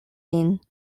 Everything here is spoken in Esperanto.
ĝin